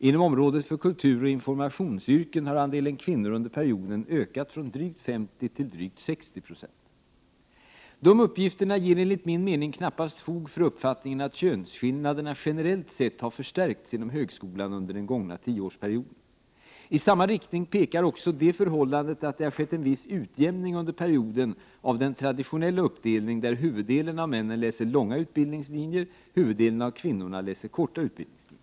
Inom området för kulturoch informationsyrken har andelen kvinnor under perioden ökat från drygt 50 till drygt 60 90. Dessa uppgifter ger enligt min mening knappast fog för uppfattningen att könsskillnaderna generellt sett har förstärkts inom högskolan under den gångna tioårsperioden. I samma rikting pekar också det förhållandet att det har skett en viss utjämning under perioden av den traditionella uppdelningen: merparten av männen läser på långa utbildningslinjer och merparten av kvinnorna läser på korta utbildningslinjer.